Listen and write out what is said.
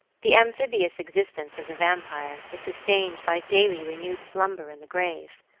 the amphibious existence of the vampire is sustained by daily renewed slumber in the grave.